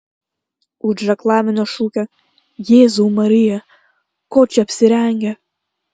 už reklaminio šūkio jėzau marija kuo čia apsirengę